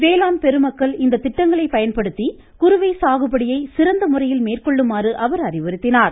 வேளாண் பெருமக்கள் இந்த திட்டங்களை பயன்படுத்தி குறுவை சாகுபடியை சிறந்த முறையில் மேற்கொள்ளுமாறு அவர் அறிவுறுத்தினார்